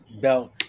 belt